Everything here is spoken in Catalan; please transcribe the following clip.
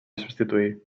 substituir